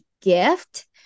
gift